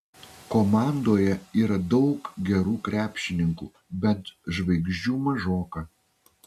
komandoje yra daug gerų krepšininkų bet žvaigždžių mažoka